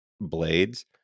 blades